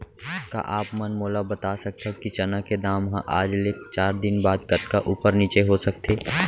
का आप मन मोला बता सकथव कि चना के दाम हा आज ले चार दिन बाद कतका ऊपर नीचे हो सकथे?